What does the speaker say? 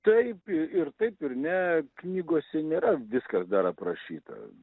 taip ir taip ir ne knygose nėra viskas dar aprašyta